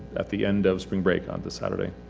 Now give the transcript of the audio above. at the end of spring break on this saturday.